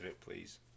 please